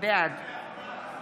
בעד